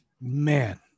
man